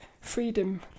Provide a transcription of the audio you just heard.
freedom